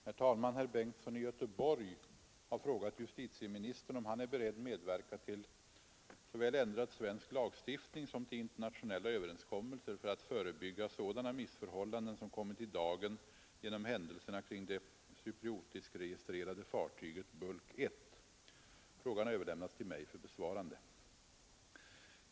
Herr talman! Herr Bengtsson i Göteborg har frågat justitieministern om han är beredd medverka till såväl ändrad svensk lagstiftning som till internationella överenskommelser för att förebygga sådana missförhållanden som kommit i dagen genom händelserna kring det cypriotiskregistrerade fartyget Bulk I. Frågan har överlämnats till mig för besvarande.